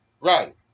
right